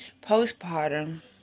Postpartum